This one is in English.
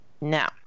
Now